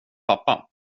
pappa